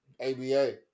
ABA